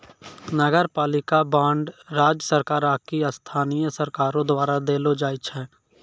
नगरपालिका बांड राज्य सरकार आकि स्थानीय सरकारो द्वारा देलो जाय छै